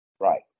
Right